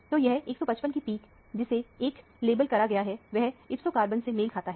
तो यह 155 की पिक जिसे 1 लेबल करा गया है वह ipso कार्बन से मेल खाता है